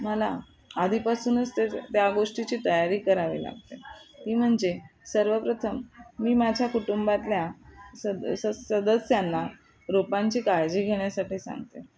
मला आधीपासूनच त्याच्या त्या गोष्टीची तयारी करावी लागते ती म्हणजे सर्वप्रथम मी माझ्या कुटुंबातल्या सद स सदस्यांना रोपांची काळजी घेण्यासाठी सांगते